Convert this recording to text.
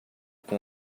com